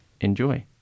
Enjoy